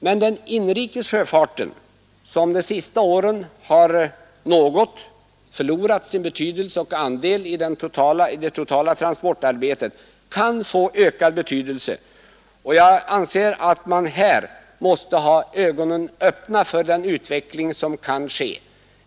Men den inrikes sjöfarten, som de sista åren har något förlorat sin betydelse och andel i det totala transportarbetet, kan få ökad betydelse. Jag anser att man här måste ha ögonen öppna för den utveckling som kan ske.